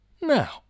Now